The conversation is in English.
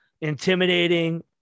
intimidating